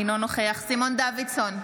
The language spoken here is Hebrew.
אינו נוכח סימון דוידסון,